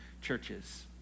churches